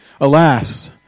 Alas